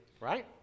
right